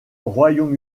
royaume